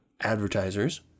advertisers